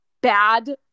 bad